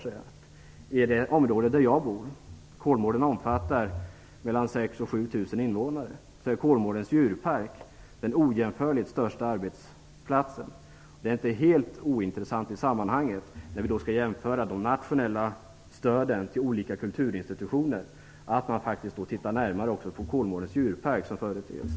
I det område där jag bor - Kolmården omfattar mellan 6 000 och 7 000 invånare - är Kolmårdens djurpark den ojämförligt största arbetsplatsen. När vi skall jämföra de nationella stöden till olika kulturinstitutioner är det inte helt ointressant att man tittar närmare också på Kolmårdens djurpark som företeelse.